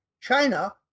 China